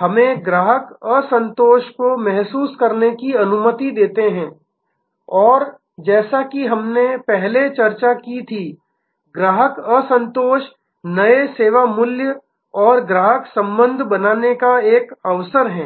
हमें ग्राहक असंतोष को महसूस करने की अनुमति देते हैं और जैसा कि हमने पहले चर्चा की थी ग्राहक असंतोष नए सेवा मूल्य और ग्राहक संबंध बनाने का एक अवसर है